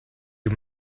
you